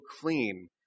clean